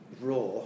Raw